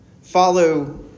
follow